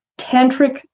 tantric